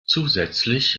zusätzlich